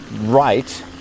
right